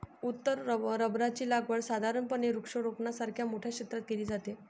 उत्तर रबराची लागवड साधारणपणे वृक्षारोपणासारख्या मोठ्या क्षेत्रात केली जाते